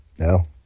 No